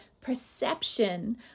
perception